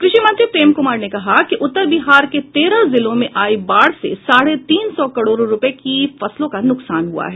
कृषि मंत्री प्रेम कुमार ने कहा है कि उत्तर बिहार के तेरह जिलों में आई बाढ़ से साढ़े तीन सौ करोड़ रुपये की फसलों का नुकसान हुआ है